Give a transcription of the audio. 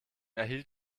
erhielt